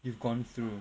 you have gone through